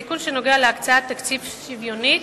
תיקון שנוגע להקצאת תקציב שוויונית,